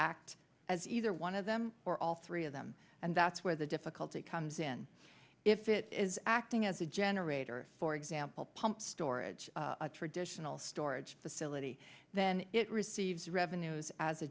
act as either one of them or all three of them and that's where the difficulty comes in if it is acting as a generator for example pumped storage a traditional storage facility then it receives revenues as a